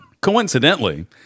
Coincidentally